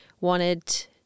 wanted